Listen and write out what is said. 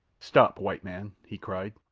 stop, white man! he cried.